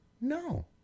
No